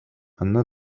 она